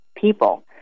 people